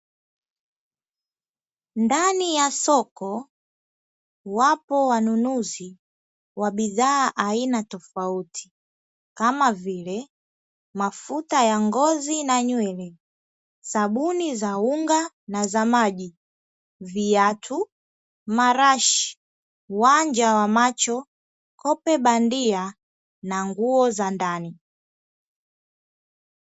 Ndani ya soko wapo wanunuzi wa bidhaa aina tofauti kama vile; mafuta ya ngozi na nywele, sabuni za unga na za maji, viatu, marashi, wanja wa macho, kope bandia na nguo za ndani.